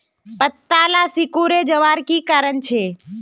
पत्ताला सिकुरे जवार की कारण छे?